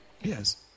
Yes